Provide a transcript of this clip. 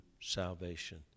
salvation